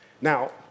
Now